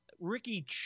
Ricky